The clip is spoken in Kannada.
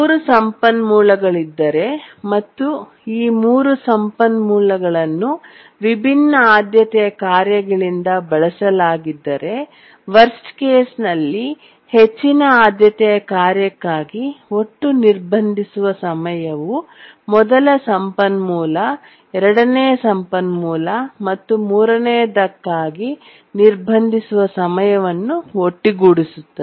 ಮೂರು ಸಂಪನ್ಮೂಲಗಳಿದ್ದರೆ ಮತ್ತು ಈ ಮೂರು ಸಂಪನ್ಮೂಲಗಳನ್ನು ವಿಭಿನ್ನ ಆದ್ಯತೆಯ ಕಾರ್ಯಗಳಿಂದ ಬಳಸಲಾಗಿದ್ದರೆ ವರ್ಸ್ಟ್ ಕೇಸ್ ನಲ್ಲಿ ಹೆಚ್ಚಿನ ಆದ್ಯತೆಯ ಕಾರ್ಯಕ್ಕಾಗಿ ಒಟ್ಟು ನಿರ್ಬಂಧಿಸುವ ಸಮಯವು ಮೊದಲ ಸಂಪನ್ಮೂಲ ಎರಡನೇ ಸಂಪನ್ಮೂಲ ಮತ್ತು ಮೂರನೆಯದಕ್ಕಾಗಿ ನಿರ್ಬಂಧಿಸುವ ಸಮಯವನ್ನು ಒಟ್ಟುಗೂಡಿಸುತ್ತದೆ